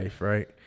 right